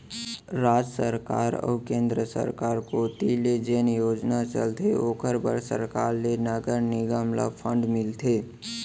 राज सरकार अऊ केंद्र सरकार कोती ले जेन योजना चलथे ओखर बर सरकार ले नगर निगम ल फंड मिलथे